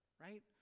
right